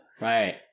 Right